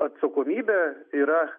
atsakomybė yra